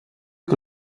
que